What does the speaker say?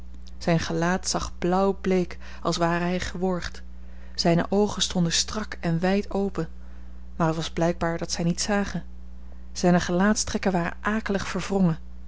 zijn gelaat zag blauw bleek als ware hij geworgd zijne oogen stonden strak en wijd open maar het was blijkbaar dat zij niet zagen zijne gelaatstrekken waren akelig